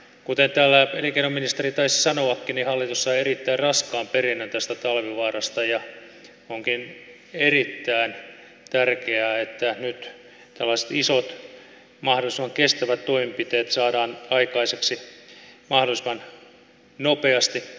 kuten täällä elinkeinoministeri taisi sanoakin hallitus sai erittäin raskaan perinnön talvivaarasta ja onkin erittäin tärkeää että nyt tällaiset isot mahdollisimman kestävät toimenpiteet saadaan aikaiseksi mahdollisimman nopeasti